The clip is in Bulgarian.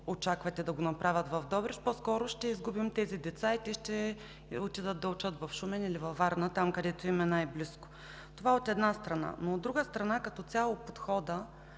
очаквате да направят в Добрич, по-скоро ще изгубим тези деца и те ще отидат да учат в Шумен или във Варна, там, където им е най-близко. Това – от една страна. Но, от друга страна, като цяло, подходът